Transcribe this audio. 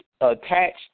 attached